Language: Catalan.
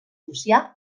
llucià